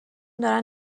دارن